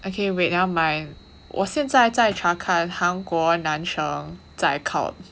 okay wait now my 我现在在查看韩国男生在 cult